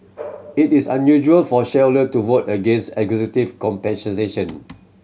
it is unusual for shareholder to vote against executive compensation